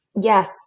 Yes